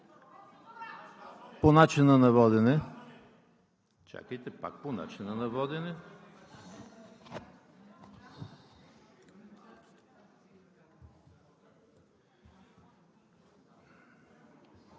По начина на водене.